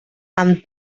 amb